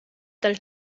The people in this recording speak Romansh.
dal